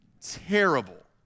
Terrible